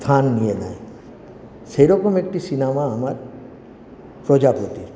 স্থান নিয়ে নেয় সেইরকম একটি সিনেমা আমার প্রজাপতি